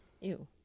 ew